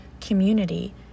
community